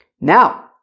Now